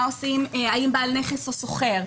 למשל מה עושים האם בעל הנכס או שוכר?